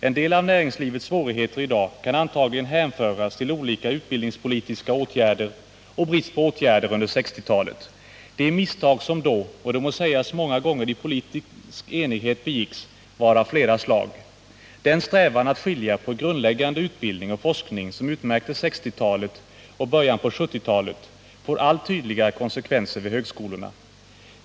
En del av näringslivets svårigheter i dag kan antagligen hänföras till olika utbildningspolitiska åtgärder — och brist på åtgärder — under 1960-talet. De misstag som då — det må sägas många gånger — i politisk enighet begicks var av flera slag. Den strävan att skilja på grundläggande utbildning och forskning som utmärkte 1960-talet och början på 1970-talet får allt tydligare konsekvenser vid högskolorna.